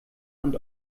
und